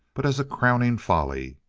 but as a crowning folly.